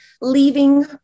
leaving